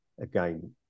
again